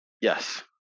yes